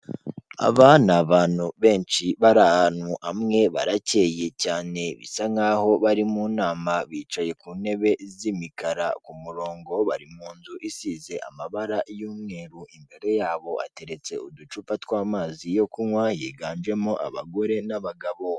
Aba ni abantu benshi bari ahantu hamwe, barakeye cyane, bisa nkaho bari mu nama, bicaye ku ntebe z'imikara ku murongo, bari mu nzu isize amabara y'umweru, imbere yabo hateretse uducupa tw'amazi yo kunywa, yiganjemo abagore n'abagabo.